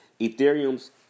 Ethereum's